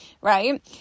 right